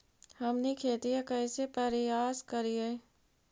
हमनी खेतीया कइसे परियास करियय?